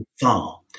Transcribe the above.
far